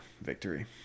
victory